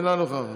אינה נוכחת.